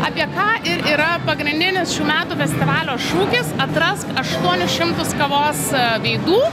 apie ką ir yra pagrindinis šių metų festivalio šūkis atrask aštuonis šimtus kavos veidų